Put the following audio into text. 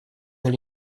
или